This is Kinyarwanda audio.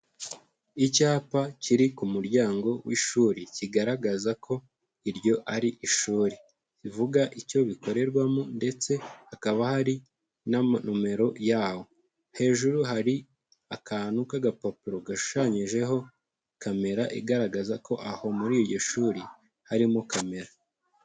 Icyapa kiri ku muryango w'ishuri, kigaragaza ko iryo ari ishuri. Rivuga icyo bikorerwamo ndetse hakaba hari n'amanumero yawo. hejuru hari akantu k'agapapuro gashushanyijeho kamera igaragaza ko aho muri iryo shuri harimo kamera.